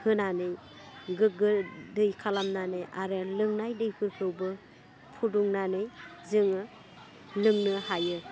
होनानै गोग्गो दै खालामनानै आरो लोंनाय दैफोरखौबो फुदुंनानै जोङो लोंनो हायो